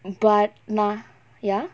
but நா:naa ya